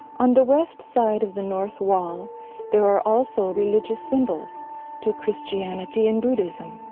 on the west side of the north wall there are also religious symbols to christianity and buddhism.